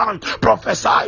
Prophesy